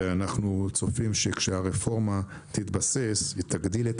אנחנו צופים שכשהרפורמה תתבסס היא תגדיל את